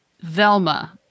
Velma